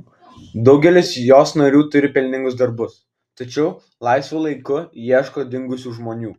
daugelis jos narių turi pelningus darbus tačiau laisvu laiku ieško dingusių žmonių